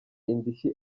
indishyi